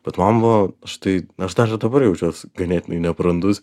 bet man buvo aš tai aš dar ir dabar jaučiuos ganėtinai nebrandus